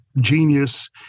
genius